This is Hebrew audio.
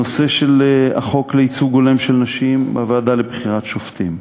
נושא החוק לייצוג הולם של נשים בוועדה לבחירת שופטים,